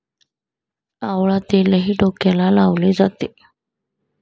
आवळा तेलही डोक्याला लावले जाते